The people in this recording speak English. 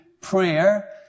prayer